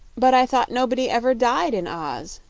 but i thought nobody ever died in oz,